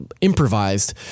improvised